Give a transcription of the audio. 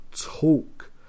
talk